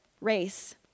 race